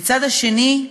מהצד השני,